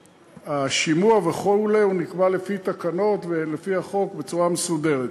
השימוע וכו' נקבע לפי תקנות ולפי החוק בצורה מסודרת.